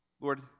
Lord